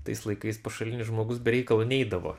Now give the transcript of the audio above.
tais laikais pašalinis žmogus be reikalo neidavo